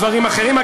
דברים אחרים.